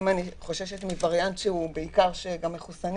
אם אני חוששת מווריאנט שגם מחוסנים